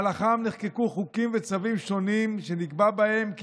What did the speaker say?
שבמהלכם נחקקו חוקים וצווים שונים שנקבע בהם כי